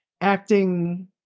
acting